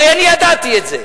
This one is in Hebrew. הרי אני ידעתי את זה.